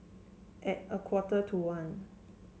at a quarter to one